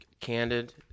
Candid